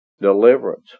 Deliverance